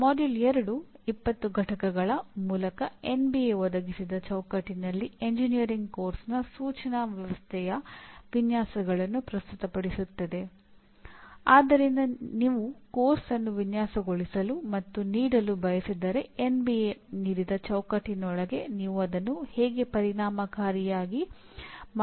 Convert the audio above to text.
module 2 20 ಪಠ್ಯಗಳ ಮೂಲಕ NBA ನೀಡಿದ ಚೌಕಟ್ಟಿನೊಳಗೆ ನೀವು ಅದನ್ನು ಹೇಗೆ ಪರಿಣಾಮಕಾರಿಯಾಗಿ ಮಾಡುತ್ತೀರಿ